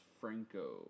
Franco